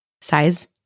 Size